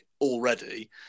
already